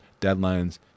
deadlines